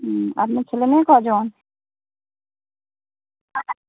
হুম আপনার ছেলে মেয়ে কজন